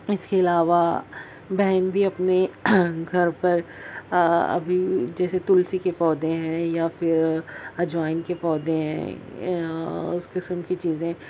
اس کے علاوہ بہن بھی اپنے گھر پر ابھی جیسے تلسی کے پودھے ہیں یا پھر اجوائن کے پودے ہیں اس قسم کی چیزیں